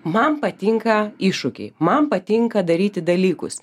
man patinka iššūkiai man patinka daryti dalykus